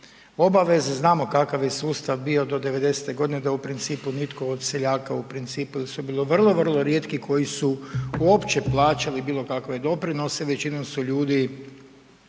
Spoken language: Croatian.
obaveze. Znamo kakav je sustav bio do devedesete godine da u principu nitko od seljaka u principu ili su bili vrlo, vrlo rijetki koji su uopće plaćali bilo kakve doprinose, većinom su ljudi